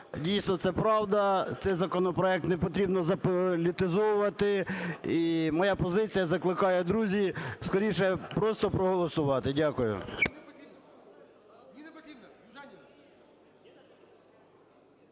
Дійсно, це правда, цей законопроект не потрібно заполітизовувати. І моя позиція - закликаю, друзі, скоріше просто проголосувати. Дякую.